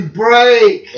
break